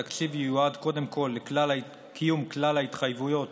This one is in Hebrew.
התקציב ייועד קודם כול לקיום כלל ההתחייבויות